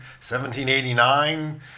1789